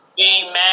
Amen